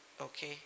okay